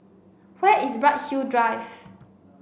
where is Bright Hill Drive